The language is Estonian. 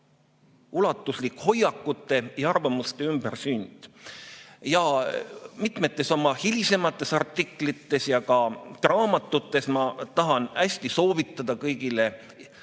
Ulatuslik hoiakute ja arvamuste ümbersünd. Mitmetes oma hilisemates artiklites ja ka raamatutes – ma tahan hästi soovitada kõigile